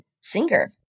singer